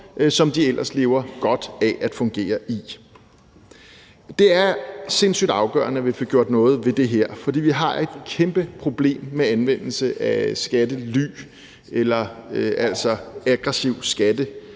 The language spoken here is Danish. som de ellers lever godt af at fungere i. Det er sindssygt afgørende, at vi får gjort noget ved det her, for vi har et kæmpe problem med anvendelse af skattely eller aggressiv